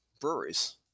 breweries